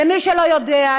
למי שלא יודע,